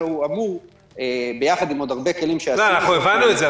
אלא הוא אמור ביחד עם עוד הרבה כלים שעשינו --- אנחנו הבנו את זה,